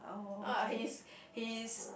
uh his his